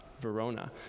Verona